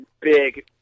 big